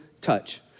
touch